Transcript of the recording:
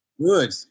Good